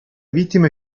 vittime